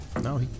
no